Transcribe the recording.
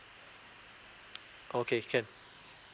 okay can